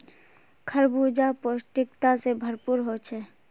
खरबूजा पौष्टिकता से भरपूर होछे